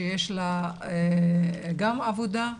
שיש לה גם עבודה.